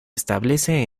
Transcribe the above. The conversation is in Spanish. establece